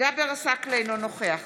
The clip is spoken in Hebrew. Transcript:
אינו נוכח